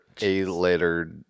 A-letter